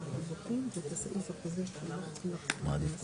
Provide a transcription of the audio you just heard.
אבל בעיקר